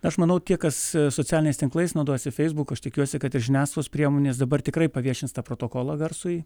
aš manau tie kas socialiniais tinklais naudojasi feisbuku aš tikiuosi kad žiniasklaidos priemonės dabar tikrai paviešins tą protokolą garsui